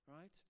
right